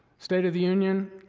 state of the union,